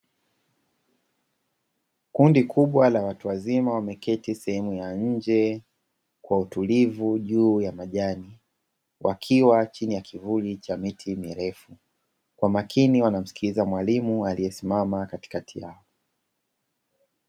kundi kubwa la watu wazima wameketi sehemu ya nje kwa utulivu juu ya majani wakiwa chini ya kivuli cha miti mirefu, kwa makini wanamsikiliza mwalimu aliyesimama katikakti yao.